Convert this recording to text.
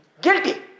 guilty